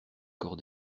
corps